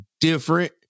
different